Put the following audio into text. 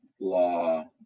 law